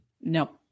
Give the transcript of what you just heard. Nope